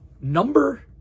Number